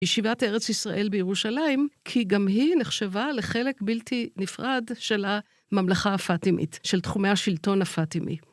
ישיבת ארץ ישראל בירושלים, כי גם היא נחשבה לחלק בלתי נפרד של הממלכה הפטימית, של תחומי השלטון הפטימי.